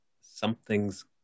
something's